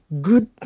good